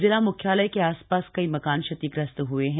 जिला म्ख्यालय के आसपास कई मकान क्षतिग्रस्त हए हैं